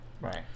Right